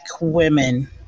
women